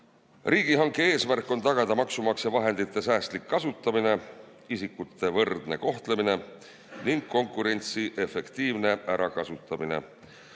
Riigihanke eesmärk on tagada maksumaksja vahendite säästlik kasutamine, isikute võrdne kohtlemine ning konkurentsi efektiivne ärakasutamine.